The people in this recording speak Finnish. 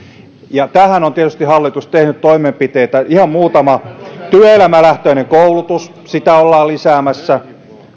tähän on tietysti hallitus tehnyt toimenpiteitä ihan muutama työelämälähtöistä koulutusta ollaan lisäämässä